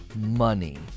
money